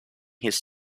his